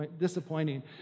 disappointing